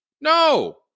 No